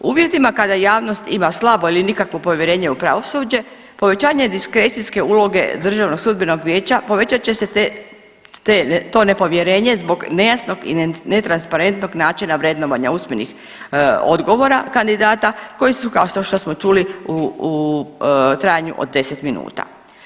U uvjetima kada javnost ima slabo ili nikakvo povjerenje u pravosuđe povećanje diskrecijske uloge Državnog sudbenog vijeća povećat će se to nepovjerenje zbog nejasnog i netransparentnog načina vrednovanja usmenih odgovora kandidata koji su kao što smo čuli u trajanju od 10 minuta.